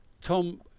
Tom